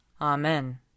Amen